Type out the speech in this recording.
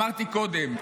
אמרתי קודם,